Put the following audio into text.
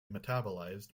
metabolized